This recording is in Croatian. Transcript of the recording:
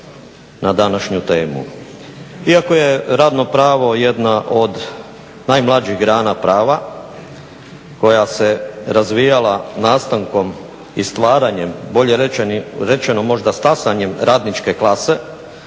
na današnju temu. Iako je radno pravo jedna od najmlađih grana prava koja se razvijala nastankom i stvaranjem, bolje rečeno možda stasanjem radničke klase,